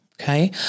Okay